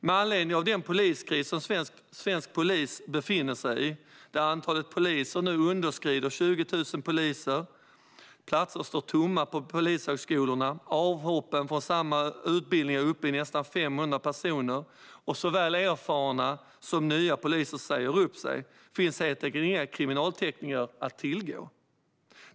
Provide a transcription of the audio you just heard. Med anledning av den poliskris som svensk polis befinner sig i, där antalet poliser nu underskrider 20 000, platser står tomma på polishögskolorna, avhoppen från samma utbildning är uppe i nästan 500 personer och såväl erfarna som nya poliser säger upp sig, finns helt enkelt inga kriminaltekniker att tillgå.